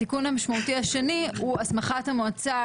התיקון המשמעותי השני הוא הסמכת המועצה,